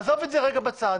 עזוב את זה רגע בצד.